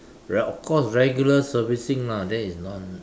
well of course regular servicing lah that is not